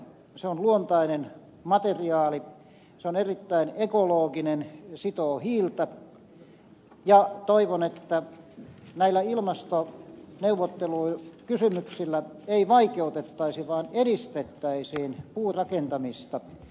se on luontainen materiaali se on erittäin ekologinen ja sitoo hiiltä ja toivon että näillä ilmastokysymyksillä ei vaikeutettaisi vaan edistettäisiin puurakentamista